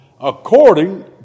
According